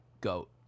goat